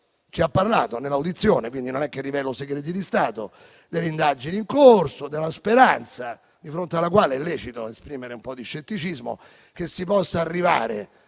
ci ha parlato (nell'audizione, quindi non rivelo segreti di Stato) delle indagini in corso e della speranza, di fronte alla quale è lecito esprimere un po' di scetticismo, che si possa arrivare